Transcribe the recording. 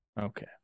Okay